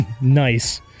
Nice